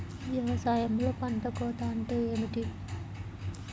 వ్యవసాయంలో పంట కోత అంటే ఏమిటి?